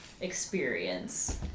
experience